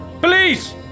Police